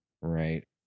right